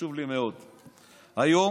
בגלל